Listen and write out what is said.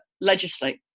legislate